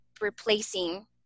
replacing